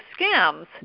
scams